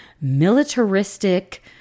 militaristic